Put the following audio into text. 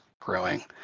growing